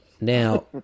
Now